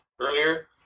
earlier